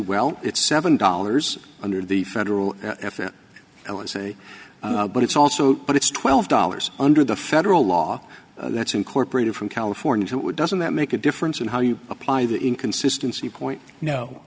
well it's seven dollars under the federal if it was a but it's also but it's twelve dollars under the federal law that's incorporated from california it would doesn't that make a difference in how you apply that inconsistency point